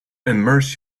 immerse